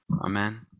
Amen